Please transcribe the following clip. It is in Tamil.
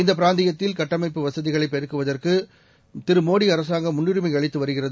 இந்தபிராந்தியத்தில்கட்டமைப்புவசதிகளைபெருக்குவத ற்குமோடிஅரசாங்கம்முன்னுரிமைஅளித்துவருகிறது